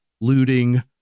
looting